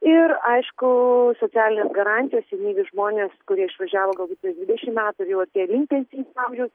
ir aišku socialinės garantijos senyvi žmonės kurie išvažiavo galbūt prieš dvidešim metų ir jau artėja link pensijinio amžiaus